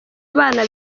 abana